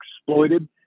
exploited